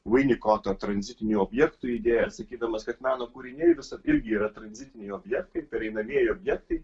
vainikotą tranzitinį objektų idėją sakydamas kad meno kūriniai visad irgi yra tranzitiniai objektai pereinamieji objektai